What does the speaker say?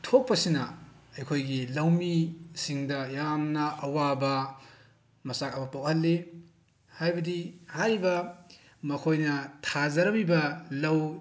ꯊꯣꯛꯄꯁꯤꯅ ꯑꯩꯈꯣꯏꯒꯤ ꯂꯧꯃꯤꯁꯤꯡꯗ ꯌꯥꯝꯅ ꯑꯋꯥꯕ ꯃꯆꯥꯛ ꯑꯃ ꯄꯣꯛꯍꯜꯂꯤ ꯍꯥꯏꯕꯗꯤ ꯍꯥꯏꯔꯤꯕ ꯃꯈꯣꯏꯅ ꯊꯥꯖꯔꯝꯃꯤꯕ ꯂꯧ